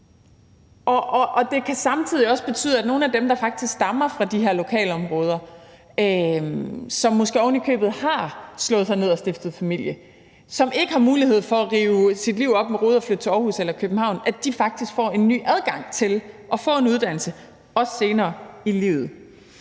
det kan samtidig også betyde, at nogle at dem, der faktisk stammer fra nogle af de her lokalområder, som måske allerede har slået sig ned og stiftet familie, og som ikke har mulighed for at rive deres liv op med rode og flytte til Aarhus eller København, faktisk får en ny adgang til at få en uddannelse, også senere i livet.